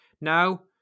Now